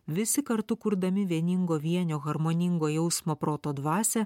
visi kartu kurdami vieningo vienio harmoningo jausmo proto dvasią